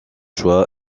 choix